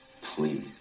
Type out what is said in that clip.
please